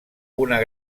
una